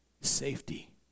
safety